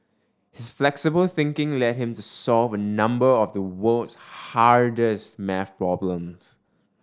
his flexible thinking led him to solve a number of the world's hardest maths problems